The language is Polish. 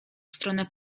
stronę